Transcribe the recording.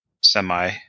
semi